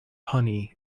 honey